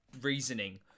reasoning